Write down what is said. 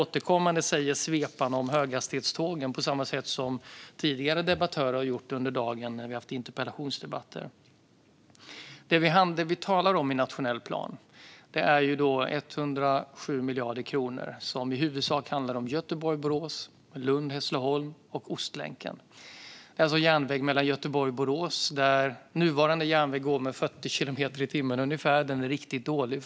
Han nämner svepande höghastighetstågen, på samma sätt som tidigare debattörer i interpellationsdebatter har gjort. Det vi talar om i nationell plan är 107 miljarder kronor, som i huvudsak handlar om Göteborg-Borås, Lund-Hässleholm och Ostlänken. Det är alltså järnväg mellan Göteborg och Borås, där nuvarande järnväg går med 40 kilometer i timmen. Kust-till-kust-sträckan är riktigt dålig.